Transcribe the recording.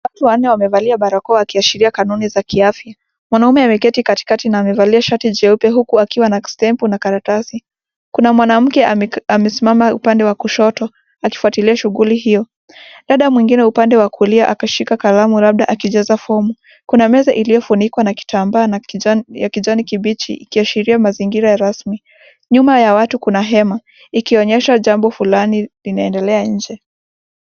Watu wanne wamevalia barakoa wakishiria kanuni za kiafya. Mwanaume ameketi katikati na amevalia shati jeupe huku akiwa na stempu na karatasi. Kuna mwanamke amesimama upande wa kushoto akifuatilia shughuli hiyo. Dada mwingine upande wa kulia akishika kalamu labda akijaza fomu. Kuna meza iliyofunikwa na kitambaa cha kijani kibichi ikishiria mazingira ya rasmi. Nyuma ya watu kuna hema ikionyesha jambo fulani linaendelea nje.